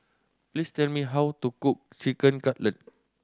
please tell me how to cook Chicken Cutlet